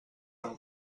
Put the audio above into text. amb